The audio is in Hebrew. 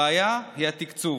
הבעיה היא התקצוב.